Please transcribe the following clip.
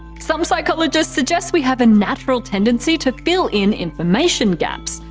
some psychologists suggest we have a natural tendency to fill in information gaps.